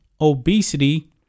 obesity